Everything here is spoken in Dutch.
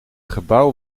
gebouw